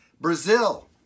Brazil